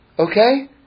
Okay